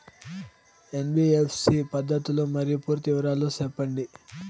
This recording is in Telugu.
ఎన్.బి.ఎఫ్.సి పద్ధతులు మరియు పూర్తి వివరాలు సెప్పండి?